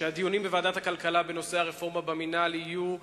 שהדיונים בוועדת הכלכלה בנושא הרפורמה במינהל יהיו יסודיים,